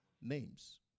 names